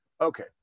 Okay